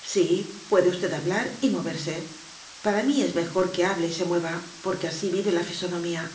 sí puede usted hablar y mo verse para mí es mejor que hable y se mueva porque así vive la fisonomía